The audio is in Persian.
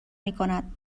میکند